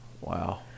Wow